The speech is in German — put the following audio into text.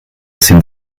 sind